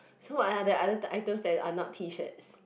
so what are your other items that are not T-shirts